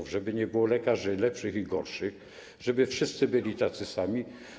Chodzi o to, żeby nie było lekarzy lepszych i gorszych, żeby wszyscy byli tacy sami.